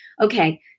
okay